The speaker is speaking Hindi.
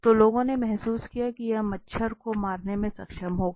तो लोगों ने महसूस किया की यह मच्छर को मारने में सक्षम होगा